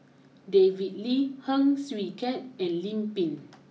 David Lee Heng Swee Keat and Lim Pin